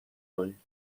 کنید